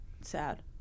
Sad